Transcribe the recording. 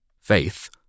faith